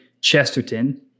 Chesterton